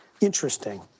interesting